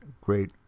great